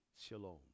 Shalom